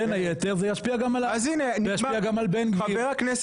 בין היתר זה ישפיע גם על בן גביר,